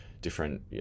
different